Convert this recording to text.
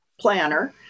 planner